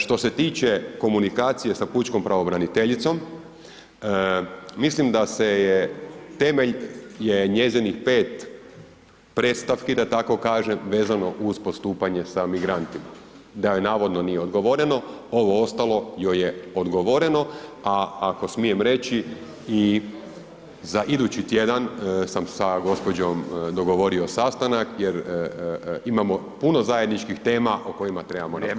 Što se tiče komunikacije sa pučkom pravobraniteljicom, mislim da se je temelj je njezinih 5 predstavki da tako kažem, vezano uz postupanje sa migrantima, da joj navodno nije odgovoreno, ovo ostalo joj je odgovoreno a ako smijem reći, i za idući tjedan sam sa gospođom dogovorio sastanak jer imamo puno zajedničkih tema o kojima trebamo razgovarati.